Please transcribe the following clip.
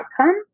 outcome